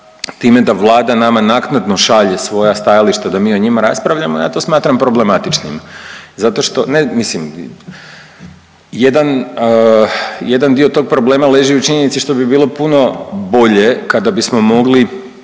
time da Vlada nama naknadno šalje svoja stajališta da mi o njima raspravljamo ja to smatram problematičnim zato što, ne mislim jedan dio tog problema leži u činjenici što bi bilo puno bolje kada bismo mogli